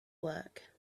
work